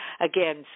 again